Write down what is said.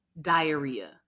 diarrhea